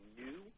new